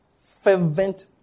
fervent